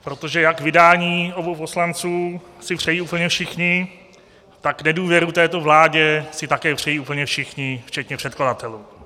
Protože jak vydání obou poslanců si přejí úplně všichni, tak nedůvěru této vládě si také přejí úplně všichni včetně předkladatelů.